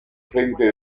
frente